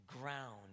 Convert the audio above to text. ground